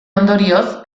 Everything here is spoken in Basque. ondorioz